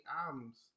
albums